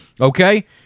Okay